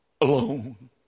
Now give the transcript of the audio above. alone